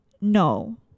no